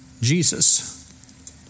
Jesus